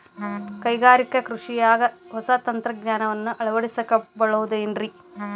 ಕೈಗಾರಿಕಾ ಕೃಷಿಯಾಗ ಹೊಸ ತಂತ್ರಜ್ಞಾನವನ್ನ ಅಳವಡಿಸಿಕೊಳ್ಳಬಹುದೇನ್ರೇ?